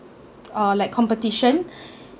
uh like competition